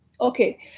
Okay